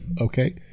okay